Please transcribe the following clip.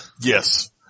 Yes